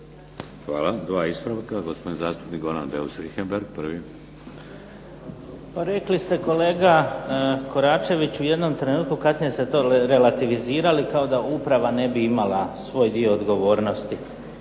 Hvala. Dva ispravka. Gospodin zastupnik Goran Beus Richembergh. **Beus Richembergh, Goran (HNS)** Rekli ste kolega Koračeviću u jednom trenutku, kasnije ste to relativizirali kao da uprava ne bi imala svoj dio odgovornosti.